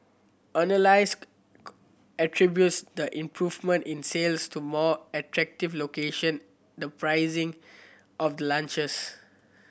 analyst attributes the improvement in sales to more attractive location the pricing of the launches